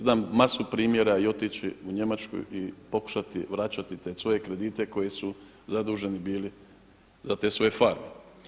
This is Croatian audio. Znam masu primjera i otići u Njemačku i pokušati vraćati te svoje kredite koji su zaduženi bili za te svoje farme.